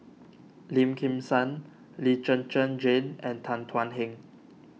Lim Kim San Lee Zhen Zhen Jane and Tan Thuan Heng